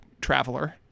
traveler